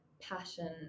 passion